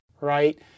right